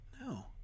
no